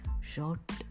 short